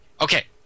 okay